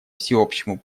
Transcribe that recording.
всеобщему